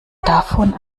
davon